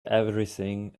everything